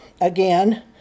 again